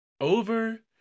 over